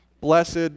Blessed